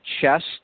chest